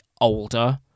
older